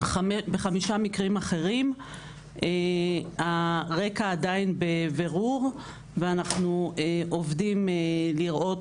וחמישה מקרים אחרים הרקע עדיין בבירור ואנחנו עובדים לראות